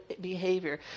behavior